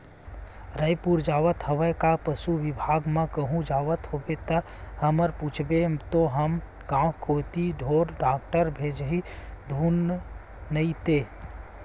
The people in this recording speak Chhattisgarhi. रइपुर जावत हवस का पसु बिभाग म कहूं जावत होबे ता हमर पूछबे तो हमर गांव कोती ढोर डॉक्टर भेजही धुन नइते